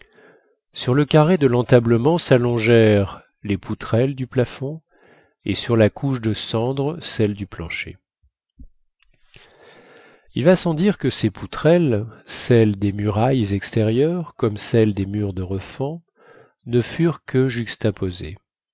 sur le carré de l'entablement s'allongèrent les poutrelles du plafond et sur la couche de cendres celles du plancher il va sans dire que ces poutrelles celles des murailles extérieures comme celles des murs de refend ne furent que juxtaposées